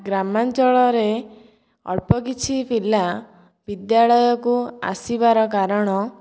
ଗ୍ରାମାଞ୍ଚଳରେ ଅଳ୍ପ କିଛି ପିଲା ବିଦ୍ୟାଳୟକୁ ଆସିବାର କାରଣ